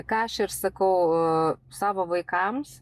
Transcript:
ką aš ir sakau savo vaikams